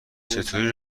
چطوری